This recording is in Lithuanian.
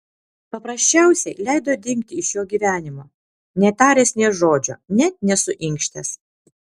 paprasčiausiai leido dingti iš jo gyvenimo netaręs nė žodžio net nesuinkštęs